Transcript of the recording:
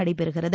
நடைபெறுகிறது